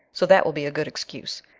so that will be a good excuse.